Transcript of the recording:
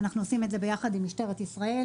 אנחנו עושים את זה ביחד עם משטרת ישראל.